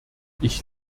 ich